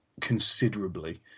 considerably